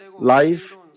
life